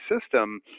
system